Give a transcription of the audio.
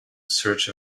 search